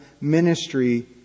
ministry